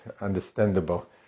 understandable